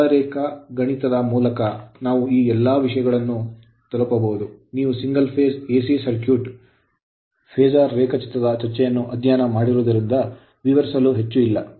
ಸರಳ ರೇಖ ಗಣಿತದ ಮೂಲಕ ನಾವು ಈ ಎಲ್ಲಾ ವಿಷಯಗಳನ್ನು ತಲುಪಬಹುದು ನೀವು single phase AC circuit phasor ರೇಖಾಚಿತ್ರದ ಚರ್ಚೆಯನ್ನು ಅಧ್ಯಯನ ಮಾಡಿರುವುದರಿಂದ ವಿವರಿಸಲು ಹೆಚ್ಚು ಇಲ್ಲ